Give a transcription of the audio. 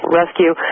rescue